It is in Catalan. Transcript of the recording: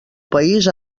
país